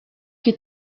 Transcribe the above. que